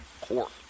Court